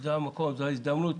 זו הזדמנות